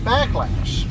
Backlash